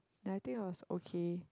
I think I was okay